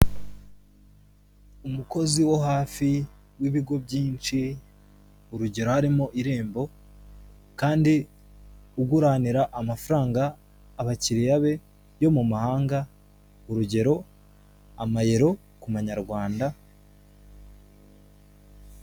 Umukozi wo hafi w'ibigo byinshi, urugero harimo irembo kandi uguranira amafaranga abakiriya be yo mu mahanga, urugero amayero ku manyarwanda.